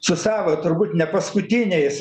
su savo turbūt ne paskutiniais